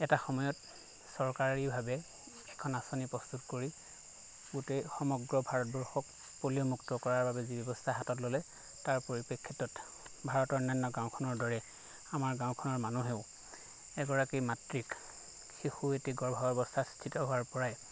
এটা সময়ত চৰকাৰীভাৱে এখন আঁচনি প্ৰস্তুত কৰি গোটেই সমগ্ৰ ভাৰতবৰ্ষক পলিঅ' মুক্ত কৰাৰ বাবে যি ব্যৱস্থা হাতত ল'লে তাৰ পৰিপ্ৰেক্ষিতত ভাৰতৰ অন্যান্য গাঁওখনৰ দৰে আমাৰ গাঁওখনৰ মানুহেও এগৰাকী মাতৃক শিশু এটি গৰ্ভাৱস্থিত হোৱাৰ পৰাই